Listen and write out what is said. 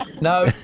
No